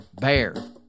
BEAR